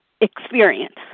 experience